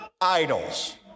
idols